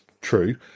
true